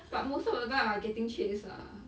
but most of the time I'm like getting chase ah